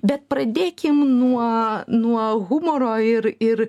bet pradėkim nuo nuo humoro ir ir